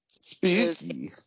Spooky